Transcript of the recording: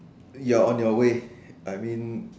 you are on your way I mean